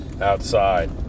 outside